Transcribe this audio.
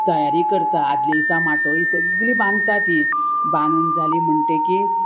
तयारी करता आदले दिसा माटोळी सगळी बांदता ती बांदून जाली म्हणटकी